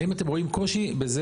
האם אתם רואים קושי בזה?